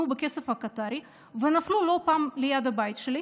בכסף הקטארי נפלו לא פעם ליד הבית שלה,